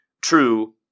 True